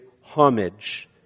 homage